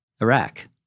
Iraq